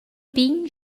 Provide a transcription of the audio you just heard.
pign